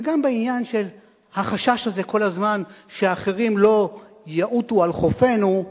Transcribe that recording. וגם בעניין של החשש הזה כל הזמן שאחרים לא יעוטו על חופנו,